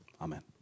Amen